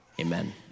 amen